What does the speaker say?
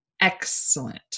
excellent